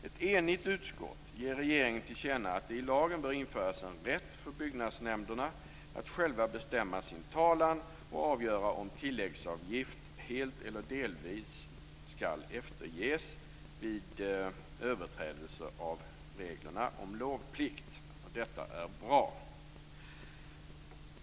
Ett enigt utskott vill ge regeringen till känna att det i lagen införs en rätt för byggnadsnämnderna att själva bestämma sin talan och avgöra om tilläggsavgift helt eller delvis skall efterges vid överträdelse av reglerna om lovplikt. Detta är bra!